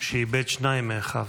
שאיבד שניים מאחיו.